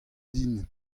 din